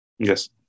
Yes